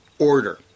Order